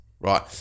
right